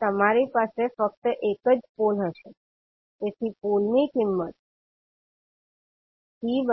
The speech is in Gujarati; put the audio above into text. તેથી તમારી પાસે ફક્ત એક જ પોલ હશે તેથી પોલ ની કિંમત pk